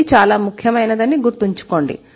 ఇది చాలా ముఖ్యమైనదని గుర్తుంచుకోండి